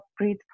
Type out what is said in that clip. breathe